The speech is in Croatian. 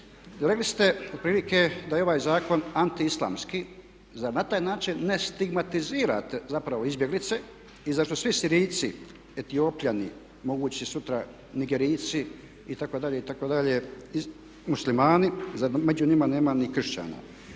Rekli ste otprilike da je ovaj zakon anti islamski. Zar na taj način ne stigmatizirate zapravo izbjeglice? Zar su svi Sirijci, Etiopljani mogući sutra Nigerijci itd., itd. muslimani, zar među njima nema ni kršćana?